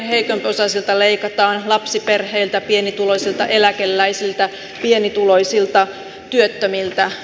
kaikkein heikompiosaisilta leikataan lapsiperheiltä pienituloisilta eläkeläisiltä työttömiltä